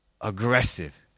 aggressive